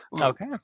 okay